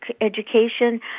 Education